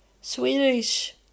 Swedish